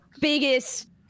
biggest